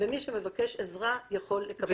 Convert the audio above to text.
ומי שמבקש עזרה יכול לקבל.